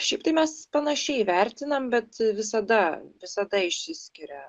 šiaip tai mes panašiai įvertinam bet visada visada išsiskiria